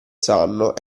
sanno